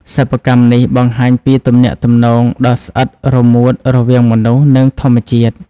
សិប្បកម្មនេះបង្ហាញពីទំនាក់ទំនងដ៏ស្អិតរល្មួតរវាងមនុស្ស និងធម្មជាតិ។